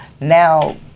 Now